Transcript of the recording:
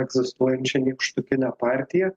egzistuojančia nykštukine partija